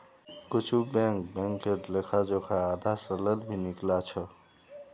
कुछु बैंक बैंकेर लेखा जोखा आधा सालत भी निकला छ